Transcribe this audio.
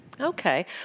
Okay